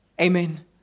Amen